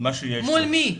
מול מי?